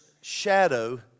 shadow